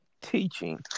teaching